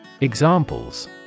Examples